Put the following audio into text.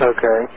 Okay